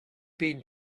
been